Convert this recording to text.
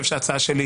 שאת מכחישה,